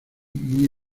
muy